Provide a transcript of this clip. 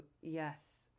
yes